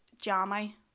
Jammy